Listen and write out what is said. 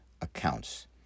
accounts